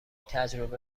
تجربه